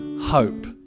hope